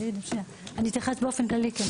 אתייחס באופן כללי.